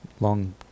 long